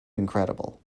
incredible